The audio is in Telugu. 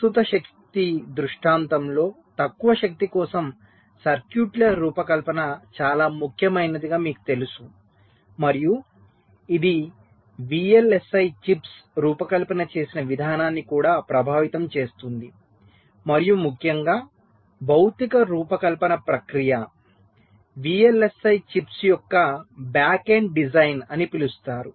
ప్రస్తుత శక్తి దృష్టాంతంలో తక్కువ శక్తి కోసం సర్క్యూట్ల రూపకల్పన చాలా ముఖ్యమైనదిగా మీకు తెలుసు మరియు ఇది VLSI చిప్స్ రూపకల్పన చేసిన విధానాన్ని కూడా ప్రభావితం చేస్తుంది మరియు ముఖ్యంగా భౌతిక రూపకల్పన ప్రక్రియ VLSI చిప్స్ యొక్క బ్యాక్ ఎండ్ డిజైన్ అని పిలుస్తారు